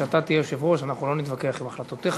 כשאתה תהיה יושב-ראש אנחנו לא נתווכח עם החלטותיך,